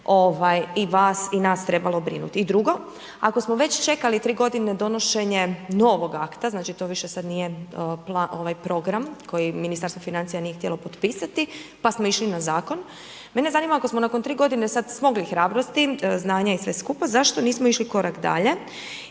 i vas i nas trebalo brinuti. I drugo, ako smo već čekali 3 godine donošenje novog akta, znači to više sad nije program koji Ministarstvo financija nije htjelo potpisati, pa smo išli na zakon, mene zanima ako smo nakon 3 godine sad smogli hrabrosti, znanja i sve skupa, zašto nismo išli korak dalje